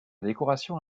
décoration